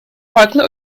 farklı